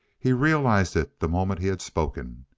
he realized it the moment he had spoken.